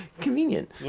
convenient